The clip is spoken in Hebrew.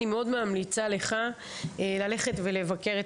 אני מאוד ממליצה לך ללכת ולבקר את